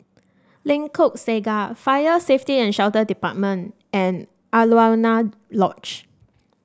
Lengkok Saga Fire Safety and Shelter Department and Alaunia Lodge